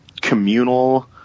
communal